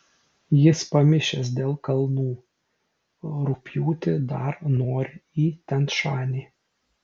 jis pamišęs dėl kalnų rugpjūtį dar nori į tian šanį